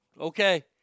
Okay